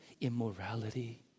immorality